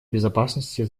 безопасности